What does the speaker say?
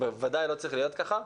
זה בוודאי לא צריך להיות כך.